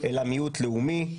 אלא מיעוט לאומי.